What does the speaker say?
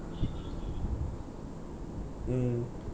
mm